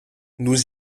nous